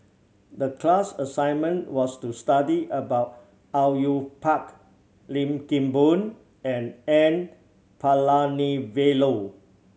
the class assignment was to study about Au Yue Pak Lim Kim Boon and N Palanivelu